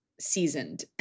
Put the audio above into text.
seasoned